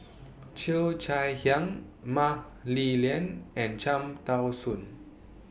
Cheo Chai Hiang Mah Li Lian and Cham Tao Soon